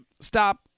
Stop